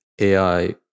AI